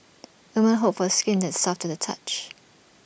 the men hope for skin that soft to the touch